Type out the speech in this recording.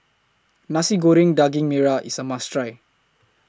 Nasi Goreng Daging Merah IS A must Try